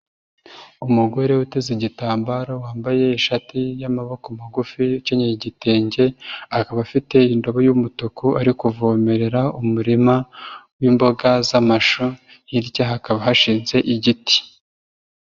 Umugore uteze igitambaro, wambaye ishati y'amaboko magufi, ukenyeye igitenge, akaba afite indobo y'umutuku ari kuvomerera umurima w'imboga z'amashyu, hirya hakaba hashinze igiti.